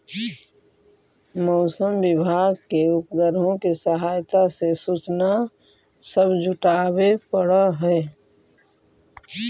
मौसम विभाग के उपग्रहों के सहायता से सूचना सब जुटाबे पड़ हई